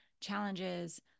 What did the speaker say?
challenges